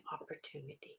opportunity